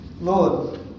Lord